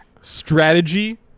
strategy